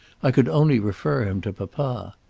i could only refer him to papa.